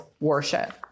worship